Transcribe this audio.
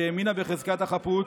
שהאמינה בחזקת החפות